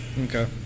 Okay